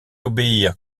obéir